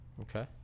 Okay